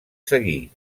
seguí